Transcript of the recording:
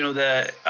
the